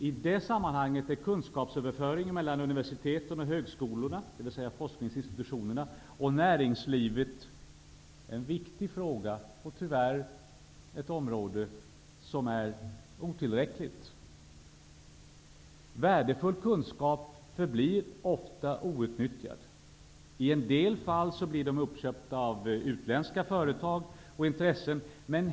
I det sammanhanget är kunskapsöverföringen mellan universiteten och högskolorna, dvs. forskningsinstitutionerna, och näringslivet viktig men tyvärr otillräcklig. Värdefull kunskap förblir ofta outnyttjad. I en del fall blir den uppköpt av utländska företag och intressen.